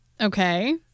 Okay